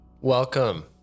Welcome